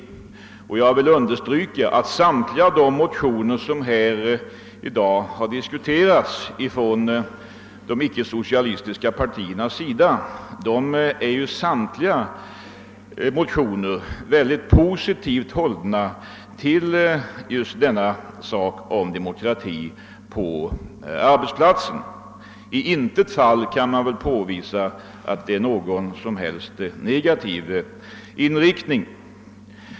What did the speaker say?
Jag vill understryka att samtliga motioner från de ickesocialistiska partierna som diskuterats i dag är mycket positiva till just demokrati på arbetsplatsen. I intet fall kan man väl påvisa någon som helst negativ attityd.